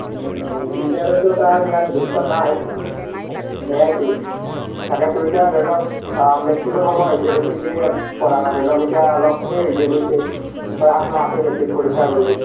বিদ্যালয়তো তাৰ ইমান গুৰুত্ব নাই সেয়াইতো তাকেতো এতিয়া ধৰি লওক মেট্ৰিকৰ সময় আহিছে গতিকে পঢ়া ধৰি লওক এতিয়া অলপ হেৰি হে হৈছে ছয় সাত মাহ আছে মেট্ৰিক পৰীক্ষাৰ বাবে